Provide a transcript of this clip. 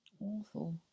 Awful